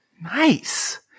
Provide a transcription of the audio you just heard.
Nice